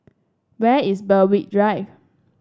where is Berwick Drive